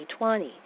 2020